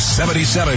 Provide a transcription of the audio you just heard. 77